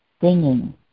singing